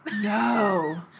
no